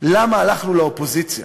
למה הלכנו לאופוזיציה.